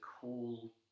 call